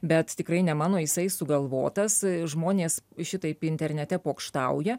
bet tikrai ne mano jisai sugalvotas žmonės šitaip internete pokštauja